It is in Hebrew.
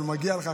אבל מגיע לך,